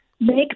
make